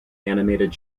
animated